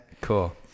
Cool